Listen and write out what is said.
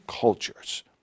cultures